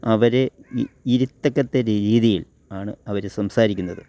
അവരെ ഇരുത്തക്കത്ത രീതിയിൽ ആണ് അവർ സംസാരിക്കുന്നത്